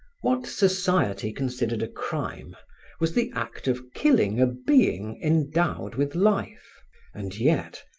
what society considered a crime was the act of killing a being endowed with life and yet,